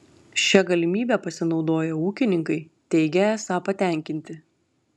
šia galimybe pasinaudoję ūkininkai teigia esą patenkinti